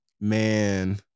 Man